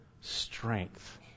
strength